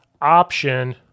option